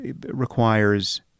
requires